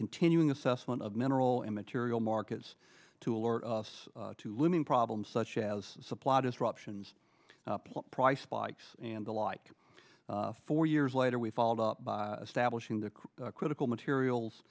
continuing assessment of mineral immaterial markets to alert us to looming problems such as supply disruptions price spikes and the like four years later we followed up by establishing the critical materials